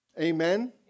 Amen